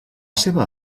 seva